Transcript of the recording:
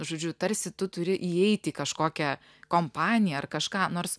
žodžiu tarsi tu turi įeiti į kažkokią kompaniją ar kažką nors